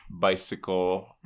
bicycle